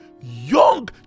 young